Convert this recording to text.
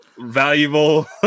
valuable